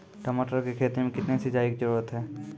टमाटर की खेती मे कितने सिंचाई की जरूरत हैं?